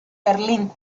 berlín